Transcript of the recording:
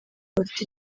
bafite